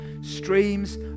streams